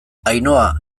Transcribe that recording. ainhoa